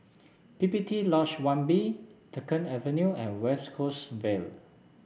P P T Lodge One B Dunkirk Avenue and West Coast Vale